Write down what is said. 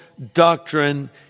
doctrine